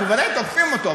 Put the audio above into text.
אנחנו בוודאי תוקפים אותו,